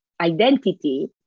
identity